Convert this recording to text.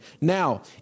Now